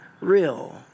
real